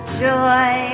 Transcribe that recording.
joy